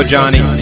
Johnny